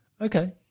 Okay